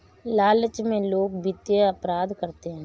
लालच में लोग वित्तीय अपराध करते हैं